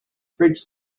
fridge